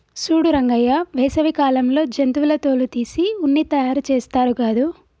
సూడు రంగయ్య వేసవి కాలంలో జంతువుల తోలు తీసి ఉన్ని తయారుచేస్తారు గాదు